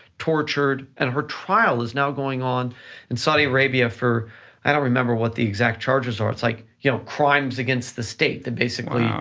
tortured, and her trial is now going on in saudi arabia for i don't remember what the exact charges are, it's like you know crimes against the state that basically, yeah